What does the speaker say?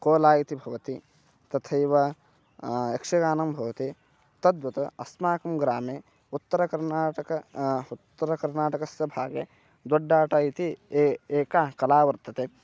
Cola इति भवति तथैव यक्षगानं भवति तद्वत् अस्माकं ग्रामे उत्तरकर्नाटक उत्तरकर्नाटकस्य भागे दोड्डाट इति ए एका कला वर्तते